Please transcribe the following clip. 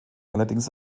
allerdings